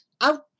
out